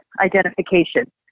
identification